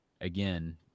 again